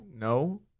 No